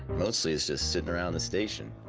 mostly it's just sitting around the station,